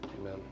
Amen